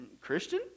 Christian